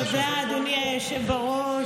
תודה, אדוני היושב בראש.